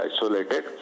isolated